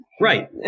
Right